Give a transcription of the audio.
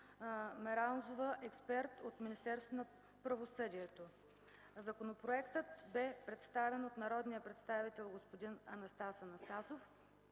Меранзова – експерт от Министерството на правосъдието. Законопроектът бе представен от народния представител Анастас Анастасов,